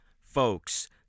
folks